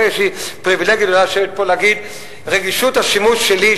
יש לי פריווילגיה גדולה לשבת פה ולהגיד: רגישות השימוש שלי,